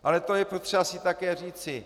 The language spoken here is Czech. Ale to je potřeba si také říci.